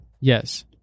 Yes